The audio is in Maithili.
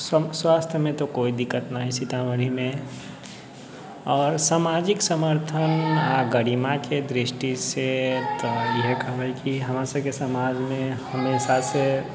स्वास्थ्यमे तऽ कोइ दिक्कत नहि हइ सीतामढ़ीमे आओर सामाजिक समर्थन आओर गरिमाके दृष्टिसँ तऽ हम इएह कहबै कि हमरा सबके समाजमे हमेशासँ